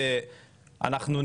ההקשרים